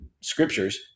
scriptures